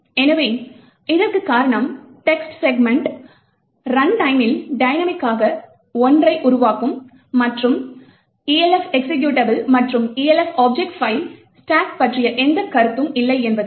எனவே இதற்குக் காரணம் text செக்மென்ட் ரன் டைமில் டயனமிக்கான ஒன்றை உருவாக்கும் மற்றும் Elf எக்சிகியூட்டபிள் மற்றும் Elf ஆப்ஜெக்ட் பைல் ஸ்டேக் பற்றி எந்த கருத்தும் இல்லை என்பதுதான்